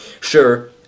sure